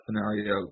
scenario